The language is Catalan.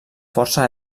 força